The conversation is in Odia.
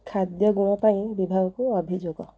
ଖାଦ୍ୟ ଗୁଣ ପାଇଁ ବିଭାଗକୁ ଅଭିଯୋଗ